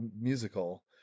musical